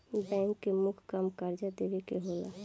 bank के मुख्य काम कर्जा देवे के होला